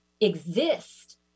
exist